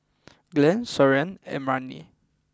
Glen Soren and Marni